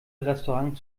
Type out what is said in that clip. restaurant